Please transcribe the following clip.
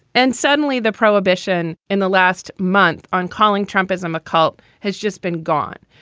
and suddenly, the prohibition in the last month on calling trump ism a cult has just been gone.